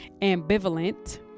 ambivalent